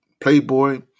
playboy